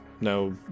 No